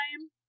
time